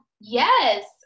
Yes